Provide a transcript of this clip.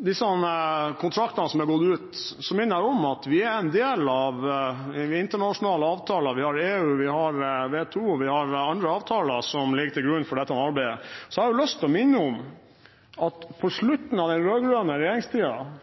disse kontraktene som har gått ut, minner jeg om at vi er en del av internasjonale avtaler. Vi har EU, vi har WTO, vi har andre avtaler som ligger til grunn for dette arbeidet. Jeg har lyst til å minne om at på slutten av den